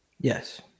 Yes